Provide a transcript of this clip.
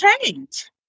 change